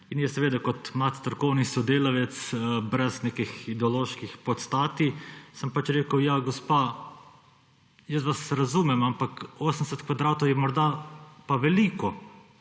najemnine. Kot mlad strokovni sodelavec brez nekih ideoloških podstati sem seveda pač rekel, ja, gospa, jaz vas razumem, ampak 80 kvadratov je pa morda veliko,